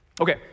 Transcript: Okay